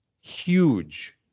huge